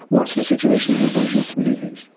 what's the situation in aboriginal communities?